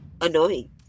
annoying